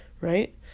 right